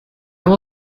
will